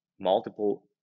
multiple